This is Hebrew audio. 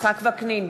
יצחק וקנין,